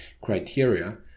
criteria